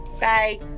Bye